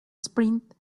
sprint